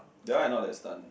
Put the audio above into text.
that one I not that stun